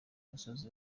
musozi